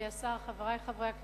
אדוני השר, חברי חברי הכנסת,